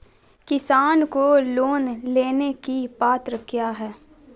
किसान को लोन लेने की पत्रा क्या है?